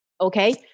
okay